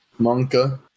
Monka